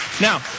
now